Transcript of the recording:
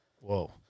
Whoa